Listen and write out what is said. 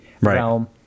realm